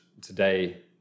today